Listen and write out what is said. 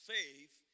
Faith